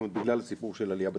בגלל הסיפור של עלייה בתחלואה.